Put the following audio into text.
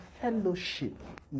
fellowship